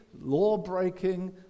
law-breaking